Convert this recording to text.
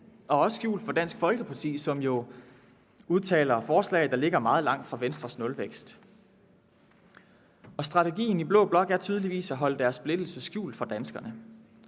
og også skjult for Dansk Folkeparti, som jo omtaler forslag, der ligger meget langt fra Venstres nulvækst. Strategien i blå blok er tydeligvis at holde deres splittelse skjult for danskerne.